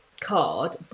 card